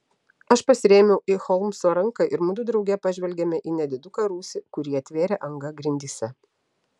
aš pasirėmiau į holmso ranką ir mudu drauge pažvelgėme į nediduką rūsį kurį atvėrė anga grindyse